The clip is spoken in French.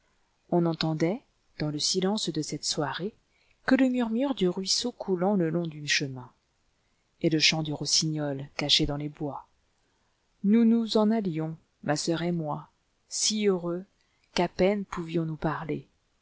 on n'entendait dans le silence de cette soirée que le murmure du ruisseau coulant le long du chemin et le chant du rossignol caché dans les bois nous nous en allions ma sœur et moi si heureux qu'à peine pouvions-nous parler